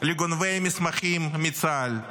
לגונבי מסמכים מצה"ל.